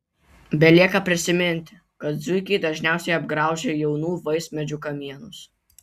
belieka prisiminti kad zuikiai dažniausiai apgraužia jaunų vaismedžių kamienus